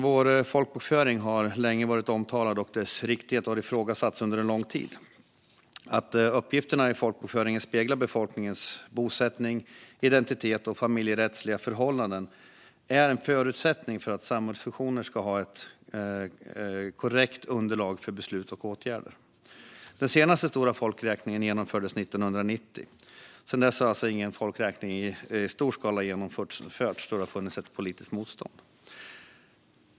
Vår folkbokföring har länge varit omtalad, och dess riktighet har ifrågasatts under en lång tid. Att uppgifterna i folkbokföringen speglar befolkningens bosättning, identitet och familjerättsliga förhållanden är en förutsättning för att samhällsfunktioner ska ha ett korrekt underlag för beslut och åtgärder. Den senaste stora folkräkningen genomfördes 1990. Sedan dess har alltså ingen folkräkning i stor skala genomförts, då det har funnits ett politiskt motstånd.